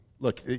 Look